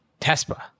TESPA